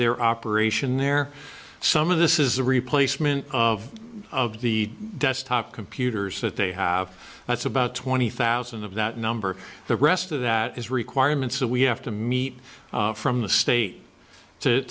their operation there some of this is the replacement of of the desktop computers that they have that's about twenty thousand of that number the rest of that is requirements that we have to meet from the state to